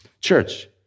Church